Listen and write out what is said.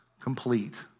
complete